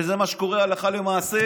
וזה מה שקורה הלכה למעשה,